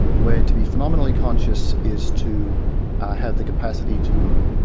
where to be phenomenally conscious is to have the capacity to